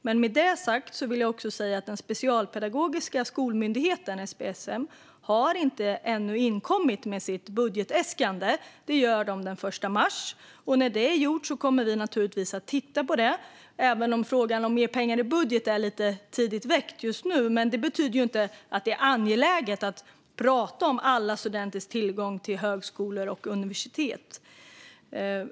Men med detta sagt vill jag också säga att Specialpedagogiska skolmyndigheten, SPSM, ännu inte har inkommit med sitt budgetäskande. Det gör de den 1 mars, och när det är gjort kommer vi naturligtvis att titta på det. Frågan om att ge pengar i budget är lite tidigt väckt just nu, men det betyder inte att det inte är angeläget att tala om alla studenters tillgång till högskolor och universitet.